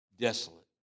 desolate